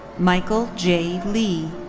michael j. lee.